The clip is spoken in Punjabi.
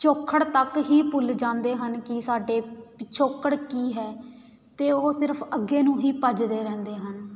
ਪਿਛੋਕੜ ਤੱਕ ਹੀ ਭੁੱਲ ਜਾਂਦੇ ਹਨ ਕਿ ਸਾਡੇ ਪਿਛੋਕੜ ਕੀ ਹੈ ਅਤੇ ਉਹ ਸਿਰਫ਼ ਅੱਗੇ ਨੂੰ ਹੀ ਭੱਜਦੇ ਰਹਿੰਦੇ ਹਨ